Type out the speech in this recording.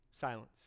Silence